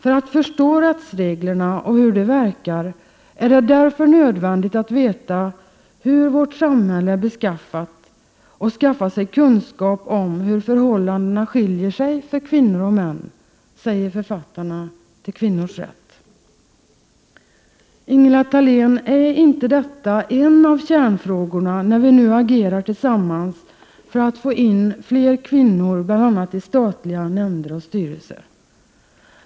För att förstå rättsreglerna och hur de verkar är det därför nödvändigt att veta hur vårt samhälle är beskaffat och skaffa sig kunskap om hur förhållandena skiljer sig för kvinnor och män. — Det säger författarna till Kvinnors rätt. Ingela Thalén! Är inte detta en av kärnfrågorna när vi nu agerar tillsammans för att få in fler kvinnor i statliga nämnder och styrelser?